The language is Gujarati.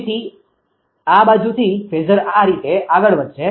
તેથી આ બાજુથી ફેઝર આ રીતે આગળ વધશે